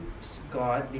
God